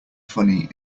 funny